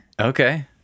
Okay